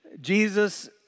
Jesus